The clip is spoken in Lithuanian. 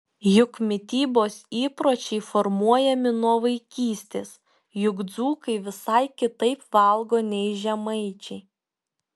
juk mitybos įpročiai formuojami nuo vaikystės juk dzūkai visai kitaip valgo nei žemaičiai